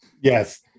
Yes